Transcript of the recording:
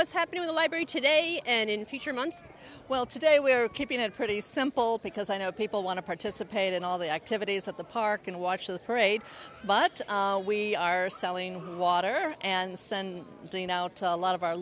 what's happening in the library today and in future months well today we are keeping it pretty simple because i know people want to participate in all the activities at the park and watch the parade but we are selling water and sun doing out a lot of our